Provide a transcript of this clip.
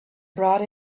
brought